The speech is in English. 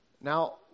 Now